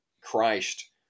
Christ